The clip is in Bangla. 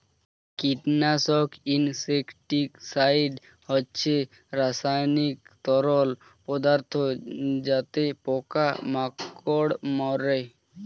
কীটনাশক ইনসেক্টিসাইড হচ্ছে রাসায়নিক তরল পদার্থ যাতে পোকা মাকড় মারে